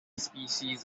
species